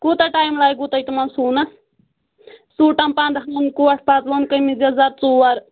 کوٗتاہ ٹایم لَگوٕ تۄہہِ تِمن سُوٕنس سوٗٹن پَنٛداہن کوٹ پتلون کمیٖز یزار ژور